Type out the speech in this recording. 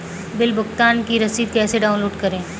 Bill भुगतान की रसीद कैसे डाउनलोड करें?